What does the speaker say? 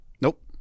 Nope